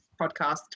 podcast